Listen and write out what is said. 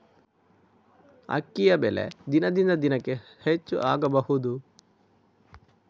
ಅಕ್ಕಿಯ ಬೆಲೆ ದಿನದಿಂದ ದಿನಕೆ ಹೆಚ್ಚು ಆಗಬಹುದು?